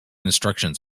instructions